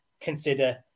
consider